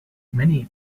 many